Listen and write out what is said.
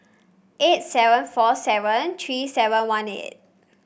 eight seven four seven three seven one eight